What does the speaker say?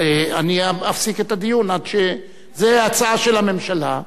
אני אפסיק את הדיון עד, זו הצעה של הממשלה.